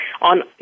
on